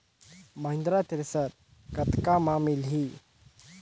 Mahindra thresher कतका म मिलही?